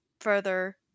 further